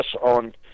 on